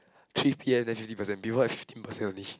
three P_M then fifty percent before that fifteen percent only